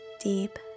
deep